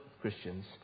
Christians